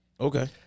okay